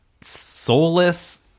soulless